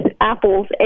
Apple's